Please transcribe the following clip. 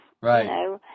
Right